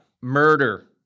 Murder